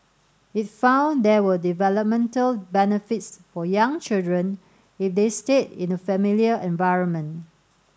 it found there were developmental benefits for young children if they stayed in a familiar environment